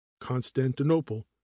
Constantinople